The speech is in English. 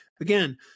again